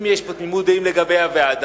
אם יש פה תמימות דעים לגבי הוועדה,